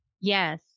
Yes